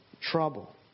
trouble